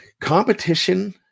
competition